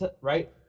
right